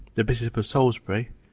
the bishop of salisbury,